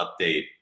update